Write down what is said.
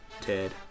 Ted